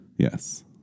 Yes